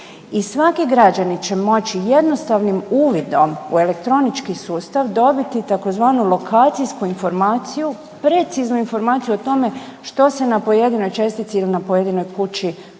svaki građanin će moći jednostavnim uvidom u elektronički sustav dobiti tzv. lokacijsku informaciju, preciznu informaciju o tome što se na pojedinoj čestici ili na pojedinoj kući može